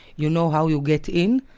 you know how you get in,